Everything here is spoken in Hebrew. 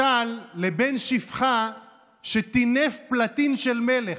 משל לבן שפחה שטינף פלטין של מלך.